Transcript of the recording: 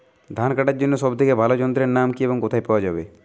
ধান কাটার জন্য সব থেকে ভালো যন্ত্রের নাম কি এবং কোথায় পাওয়া যাবে?